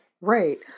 right